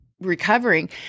recovering